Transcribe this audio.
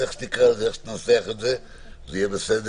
איך שתקרא לזה, איך שתנסח את זה, זה יהיה בסדר.